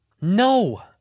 No